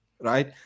right